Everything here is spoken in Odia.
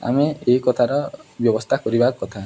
ଆମେ ଏହି କଥାର ବ୍ୟବସ୍ଥା କରିବା କଥା